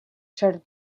ĉar